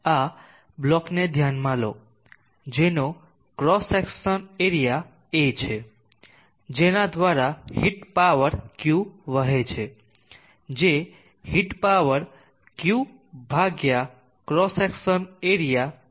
આ બ્લોકને ધ્યાનમાં લો જેનો ક્રોસ સેક્શન એરિયા A છે જેના દ્વારા હીટ પાવર q વહે છે જે હીટ પાવર Q ભાગ્યા ક્રોસ સેક્શન એરિયા A છે